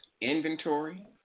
inventory